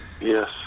Yes